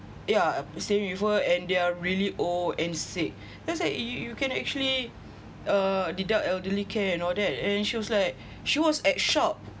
yeah same with her and they are really old and sick I said you you can actually uh deduct elderly care and all that and she was like she was at shocked